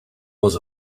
was